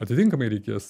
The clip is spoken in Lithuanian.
atitinkamai reikės